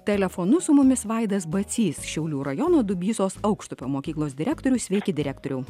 telefonu su mumis vaidas bacys šiaulių rajono dubysos aukštupio mokyklos direktorius sveiki direktoriau